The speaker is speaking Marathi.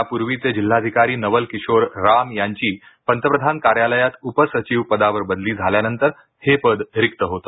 यापूर्वीचे जिल्हाधिकारी नवल किशोर राम यांची पंतप्रधान कार्यालयात उपसचिव पदावर बदली झाल्यानंतर हे पद रिक्त होते